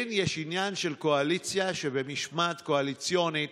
כן יש עניין של קואליציה שבמשמעת קואליציונית